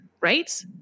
Right